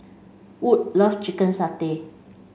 wood loves chicken satay